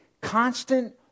constant